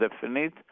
definite